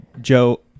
Joe